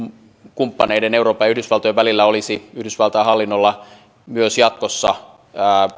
kumppaneiden euroopan ja yhdysvaltojen välillä olisi yhdysvaltain hallinnolla myös jatkossa